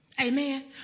Amen